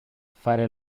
fare